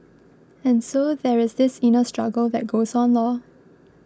and so there is this inner struggle that goes on Lor